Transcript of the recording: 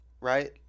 right